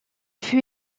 fut